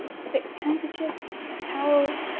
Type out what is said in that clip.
six handkerchiefs, a towel,